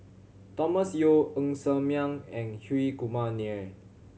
Thomas Yeo Ng Ser Miang and Hri Kumar Nair